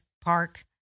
park